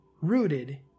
rooted